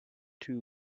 two